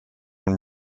and